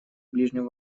ближнем